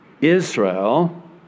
Israel